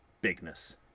bigness